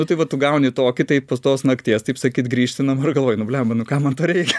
nu tai va tu gauni tokį taip po tos nakties taip sakyt grįžti namo ir galvoji nu blemba nu kam man to reikia